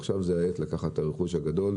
עכשיו זו העת לקחת את הרכוש הגדול.